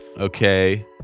Okay